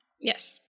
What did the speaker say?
Yes